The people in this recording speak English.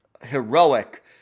heroic